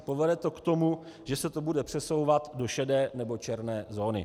Povede to k tomu, že se to bude přesouvat do šedé nebo černé zóny.